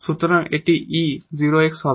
সুতরাং এটি 𝑒 0𝑥 হবে